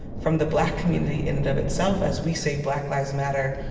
from the black community in and of itself, as we say black lives matter,